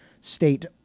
State